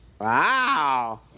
wow